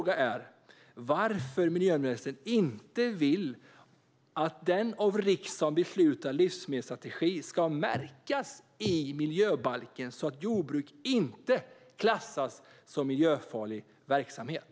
Varför vill inte miljöministern att den av riksdagen beslutade livsmedelsstrategin ska märkas i miljöbalken, så att jordbruk inte klassas som miljöfarlig verksamhet?